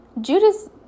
Judas